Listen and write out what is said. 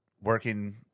working